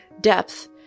depth